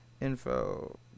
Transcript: Info